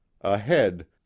ahead